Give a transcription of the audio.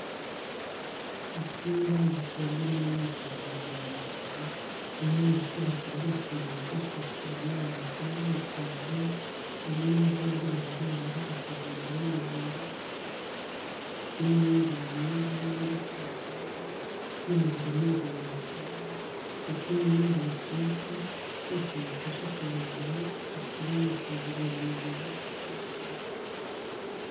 Mu cyumba gikorerwamo imyitozo ngororamubiri, harimo ibikoresho byose byifashishwa n'abantu bakora imyitozo, harimo nk'ibyo bahagararaho bakagenda bameze nk'abari kwiruka, ndetse n'ibindi banyonga nk'abari gutwara igare, ibyuma biremereye baterura ndetse n'ibindi basunika, byose bibafasha kugira ngo bakore imyitozo ngororamubiri nta nkomyi.